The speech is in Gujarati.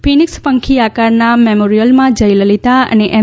ફીનીક્સ પંખી આકારના મેમોરિયલમાં જયલલિતા અને એમ